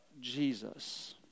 Jesus